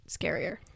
scarier